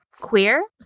queer